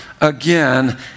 again